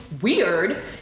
weird